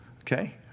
okay